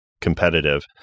competitive